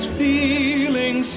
feeling